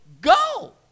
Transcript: Go